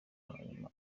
hanyuma